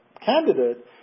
candidate –